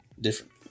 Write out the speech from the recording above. different